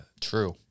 True